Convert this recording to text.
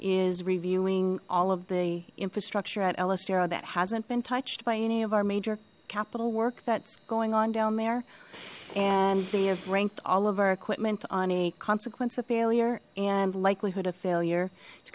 is reviewing all of the infrastructure at ellis terre that hasn't been touched by any of our major capital work that's going on down there and they have ranked all of our equipment on a consequence of failure and likelihood of failure